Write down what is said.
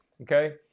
okay